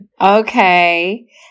okay